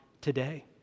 today